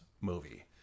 movie